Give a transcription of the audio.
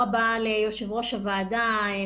זה.